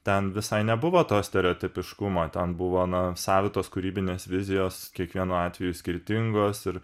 ten visai nebuvo to stereotipiškumo ten buvo gana savitos kūrybinės vizijos kiekvienu atveju skirtingos ir